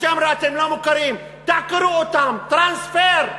אתם אומרים, אתם לא מוכָּרים, תעקרו אותם, טרנספר.